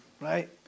Right